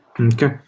Okay